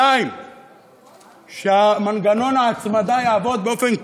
2. שמנגנון ההצמדה יעבוד באופן קבע.